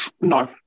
No